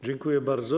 Dziękuję bardzo.